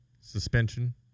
Suspension